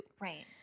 Right